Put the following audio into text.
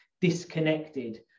disconnected